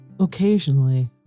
Occasionally